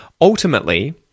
Ultimately